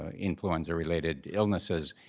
ah influenza related illnesses,